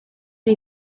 ere